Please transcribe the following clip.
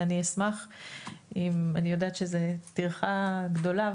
אני יודעת שזו טרחה גדולה,